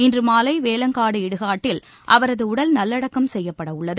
இன்று மாலை வேலக்காடு இடுகாட்டில் அவரது உடல் நல்லடக்கம் செய்யப்பட உள்ளது